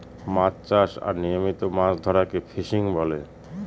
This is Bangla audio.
মাছ চাষ আর নিয়মিত মাছ ধরাকে ফিসিং বলে